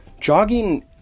jogging